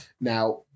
Now